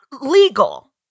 legal